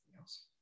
else